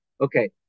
Okay